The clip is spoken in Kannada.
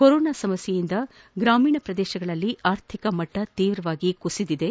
ಕೊರೋನಾ ಸಮಸ್ಕೆಯಿಂದ ಗಾಮೀಣ ಪ್ರದೇಶಗಳಲ್ಲಿ ಆರ್ಥಿಕ ಮಟ್ಟ ತೀವ್ರವಾಗಿ ಕುಸಿದಿದೆ